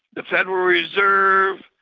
the federal reserve,